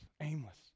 aimless